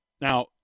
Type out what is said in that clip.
Now